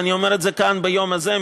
ואני אומר את זה כאן ביום הזה,